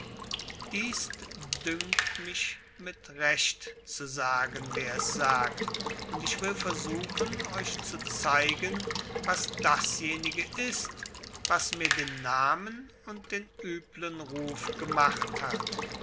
dies dünkt mich mit recht zu sagen wer es sagt und ich will versuchen euch zu zeigen was dasjenige ist was mir den namen und den üblen ruf gemacht hat